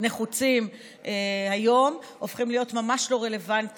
ונחוצים הופכים להיות היום ממש לא רלוונטיים,